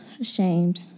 ashamed